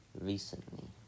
Recently